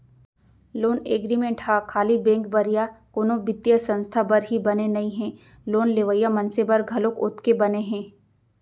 loan agreement ह खाली bank बर या कोनो बित्तीय संस्था बर ही बने नइ हे लोन लेवइया मनसे बर घलोक ओतके बने हे